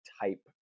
type